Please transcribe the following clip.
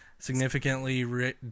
Significantly